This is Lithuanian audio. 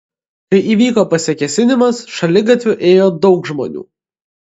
kai įvyko pasikėsinimas šaligatviu ėjo daug žmonių